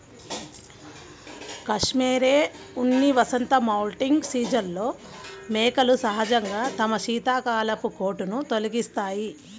cashmere ఉన్ని వసంత moulting సీజన్లో మేకలు సహజంగా తమ శీతాకాలపు కోటును తొలగిస్తాయి